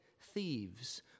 thieves